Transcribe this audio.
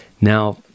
Now